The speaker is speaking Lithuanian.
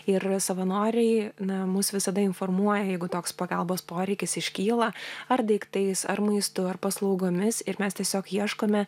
ir savanoriai na mus visada informuoja jeigu toks pagalbos poreikis iškyla ar daiktais ar maistu ar paslaugomis ir mes tiesiog ieškome